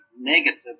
negative